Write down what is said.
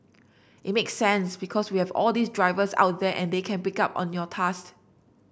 it makes sense because we have all these drivers out there and they can pick up on your task